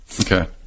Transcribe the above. Okay